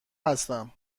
هستم